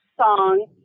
song